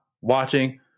watching